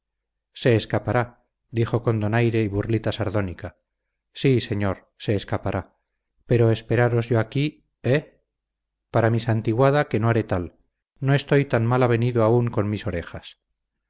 se escapará dijo con donaire y burlita sardónica sí señor se escapará pero esperaros yo aquí eh para mi santiguada que no haré tal no estoy tan mal avenido aún con mis orejas